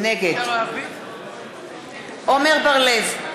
נגד עמר בר-לב,